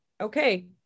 Okay